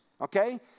Okay